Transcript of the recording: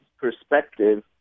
perspective